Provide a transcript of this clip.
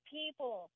people